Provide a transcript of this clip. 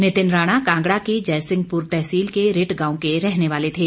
नितिन राणा कांगड़ा की जयसिंहपुर तहसील के रिट गांव के रहने वाले थे